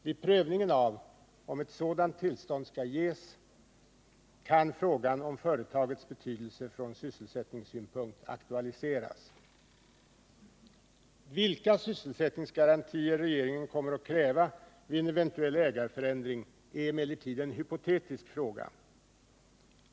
Vid prövningen av om ett sådant tillstånd skall ges, kan frågan om företagets betydelse från sysselsättningssynpunkt aktualiseras. Vilka sysselsättningsgarantier regeringen kommer att kräva vid en eventuell ägarförändring är emellertid en hypotetisk fråga.